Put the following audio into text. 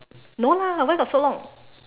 no lah where got so long